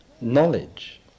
knowledge